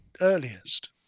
earliest